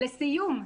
לסיום,